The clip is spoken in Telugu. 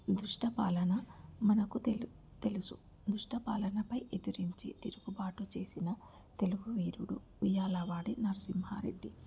దుష్ట పాలన మనకుతెలు తెలుసు దుష్టపాలనపై ఎదిరించి తిరుగుబాటు చేసిన తెలుగు వీరుడు ఉయ్యాలవాడి నరసింహారెడ్డి